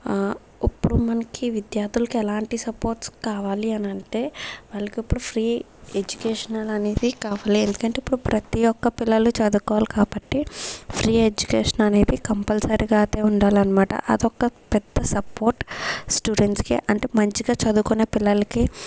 ఇప్పుడు మనకి విద్యార్థులకు ఎలాంటి సపోర్ట్స్ కావాలి అనంటే వాళ్ళకిప్పుడు ఫ్రీ ఎడ్యుకేషనల్ అనేది కావాలి ఎందుకంటే ఇప్పుడు ప్రతి ఒక్క పిల్లలు చదువుకోవాలి కాబట్టి ఫ్రీ ఎడ్యుకేషన్ అనేది కంపల్సరీగా అయితే ఉండాలన్మాట అదొక్క పెద్ద సపోర్ట్ స్టూడెంట్స్కి అంటే మంచిగా చదువుకునే పిల్లలకి